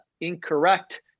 incorrect